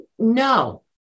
No